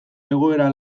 egoera